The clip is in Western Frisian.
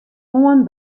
oan